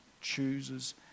chooses